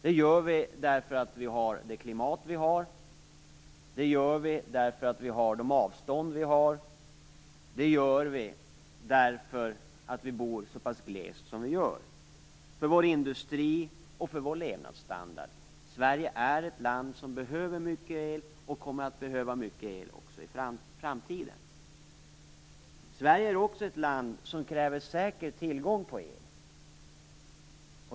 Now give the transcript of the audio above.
Det gör vi därför att vi har det klimat vi har. Det gör vi därför att vi har de avstånd vi har. Det gör vi därför att vi bor så pass glest som vi gör. Det gör vi för vår industri och vår levnadsstandard. Sverige är ett land som behöver mycket el och kommer att behöva mycket el också i framtiden. Sverige är också ett land som kräver säker tillgång på el.